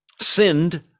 sinned